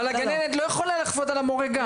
אבל הגננת לא יכולה לכפות על ההורה גם.